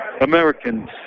Americans